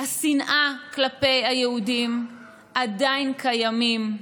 השנאה כלפי היהודים עדיין קיימים,